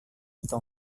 tom